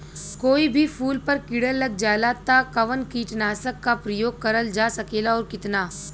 कोई भी फूल पर कीड़ा लग जाला त कवन कीटनाशक क प्रयोग करल जा सकेला और कितना?